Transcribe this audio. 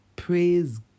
Praise